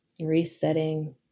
resetting